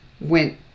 went